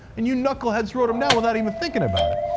and you knuckleheads wrote them down without even thinking about it.